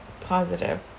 positive